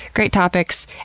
great topics,